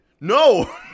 no